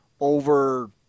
over